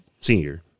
senior